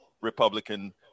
Republican